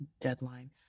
deadline